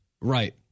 Right